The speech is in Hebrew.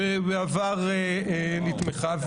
שבעבר נתמכה,